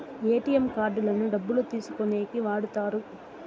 ATM కార్డులను డబ్బులు తీసుకోనీకి వాడుతారు